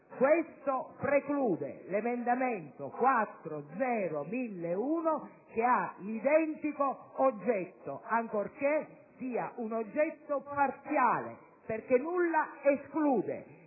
e ciò preclude l'emendamento 4.0.1001, che ha l'identico oggetto, ancorché parziale, perché nulla esclude